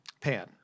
pan